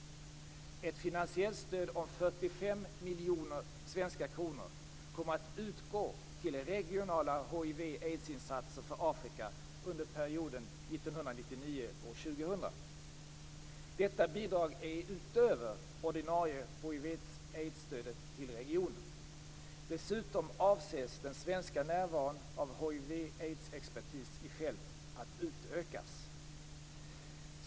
Ett finansiellt stöd om 45 miljoner svenska kronor kommer att utgå till regionala hiv aids-stödet till regionen. Dessutom avses den svenska närvaron av hiv/aids-expertis i fält att utökas.